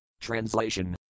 Translation